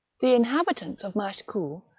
the inhabitants of machecoul,